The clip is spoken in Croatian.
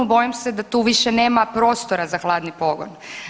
Bojim se da tu više nema prostora za hladni pogon.